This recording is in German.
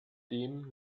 dem